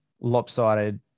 lopsided